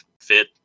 fit